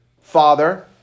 father